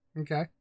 Okay